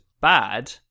bad